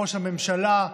ראש הממשלה,